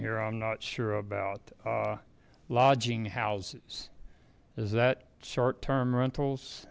here i'm not sure about lodging houses as that short term rentals